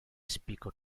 speaker